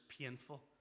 painful